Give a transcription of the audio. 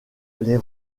les